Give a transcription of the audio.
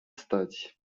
stać